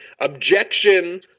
objection